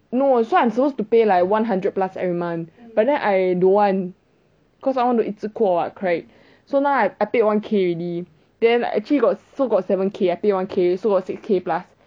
no so I'm supposed to pay like one hundred plus every month but then I don't want cause I want to 一次过 [what] correct so now I I paid one K already then I actually got so got seven K I pay one K so got six K plus